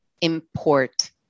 import